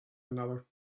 another